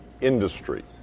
industry